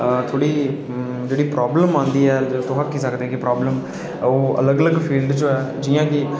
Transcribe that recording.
ते जेह्ड़ी प्रॉब्लम आंदी ऐ तुस आक्खी सकदे प्रॉबल्म ओह् अलग अलग फील्ड च होऐ जि'यां कि